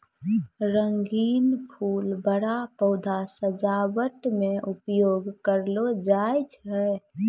रंगीन फूल बड़ा पौधा सजावट मे उपयोग करलो जाय छै